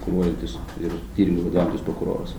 kuruojantis ir tyrimui vadovaujantis prokuroras